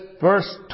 verse